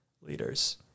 leaders